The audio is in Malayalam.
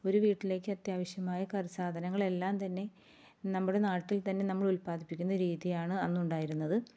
ഒരു വീട്ടിലേക്ക് അത്യാവശ്യമായ കറി സാധനങ്ങളെല്ലാം തന്നെ നമ്മുടെ നാട്ടിൽത്തന്നെ നമ്മളുല്പാദിപ്പിക്കുന്ന രീതിയാണ് അന്നുണ്ടായിരുന്നത്